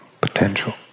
potential